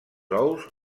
ous